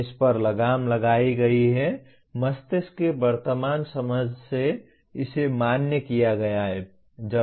इस पर लगाम लगाई गई है मस्तिष्क की वर्तमान समझ से इसे मान्य किया गया है